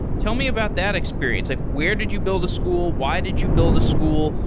tell me about that experience. like where did you build a school? why did you build a school?